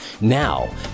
Now